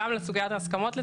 גם לסוגיית ההסכמות למשל